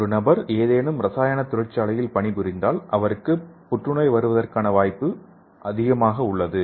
ஒரு நபர் ஏதேனும் ரசாயன தொழிற்சாலையில் பணிபுரிந்தால் அவருக்கு புற்றுநோய் வருவதற்கான அதிக வாய்ப்பு உள்ளது